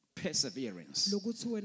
Perseverance